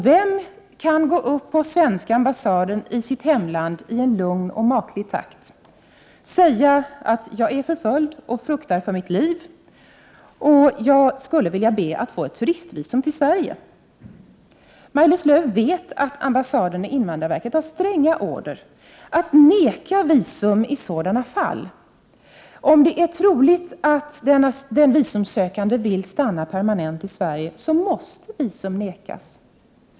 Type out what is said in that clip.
Vem kan gå upp på svenska ambassaden i sitt hemland i lugn och maklig takt, säga att jag är förföljd och fruktar för mitt liv och be att få ett turistvisum till Sverige? Maj-Lis Lööw vet att ambassaden och invandrarverket har stränga order att neka visum i sådana fall. Om det är troligt att den visumsökande vill stanna permanent i Sverige måste visum nekas.